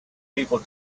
people